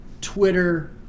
Twitter